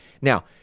Now